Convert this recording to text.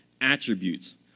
attributes